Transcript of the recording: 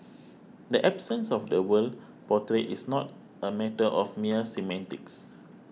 the absence of the word portrayed is not a matter of mere semantics